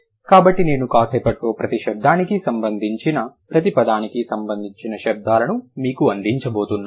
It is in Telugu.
కాబట్టి నేను కాసేపట్లో ప్రతి శబ్దానికి సంబంధించిన ప్రతి పదానికి సంబంధించిన శబ్దాలను మీకు అందించబోతున్నాను